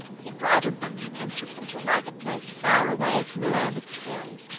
he bridled them and took them to a market place far away from the land of toys,